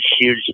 huge